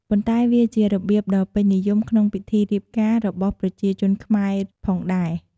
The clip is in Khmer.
ប៉ុន្តែវាជារបៀបដ៏ពេញនិយមក្នុងពិធីរៀបការរបស់ប្រជាជនខ្មែរផងដែរ។